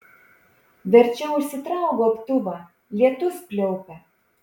verčiau užsitrauk gobtuvą lietus pliaupia